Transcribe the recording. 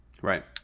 Right